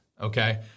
Okay